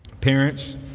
Parents